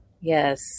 Yes